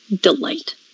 Delight